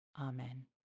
Amen